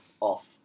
off